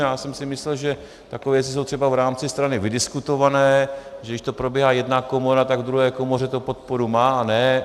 Já jsem si myslel, že takové věci jsou třeba v rámci strany vydiskutované, že když to probírá jedna komora, tak ve druhé komoře to podporu má.